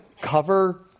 cover